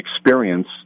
experience